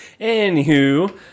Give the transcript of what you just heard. Anywho